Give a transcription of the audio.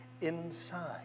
inside